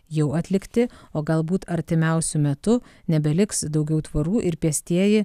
jau atlikti o galbūt artimiausiu metu nebeliks daugiau tvorų ir pėstieji